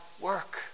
work